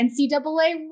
NCAA